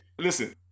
Listen